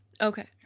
Okay